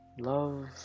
Love